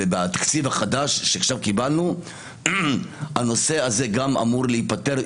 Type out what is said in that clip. בתקציב החדש שעכשיו קיבלנו הנושא הזה גם אמור להיפתר.